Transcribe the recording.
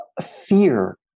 fear